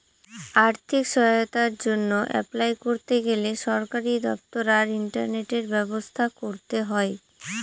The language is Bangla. আর্থিক সহায়তার জন্য অ্যাপলাই করতে গেলে সরকারি দপ্তর আর ইন্টারনেটের ব্যবস্থা করতে হয়